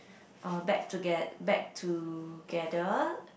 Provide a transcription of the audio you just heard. uh back toget~ back together